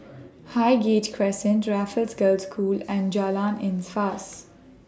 Highgate Crescent Raffles Girls' School and Jalan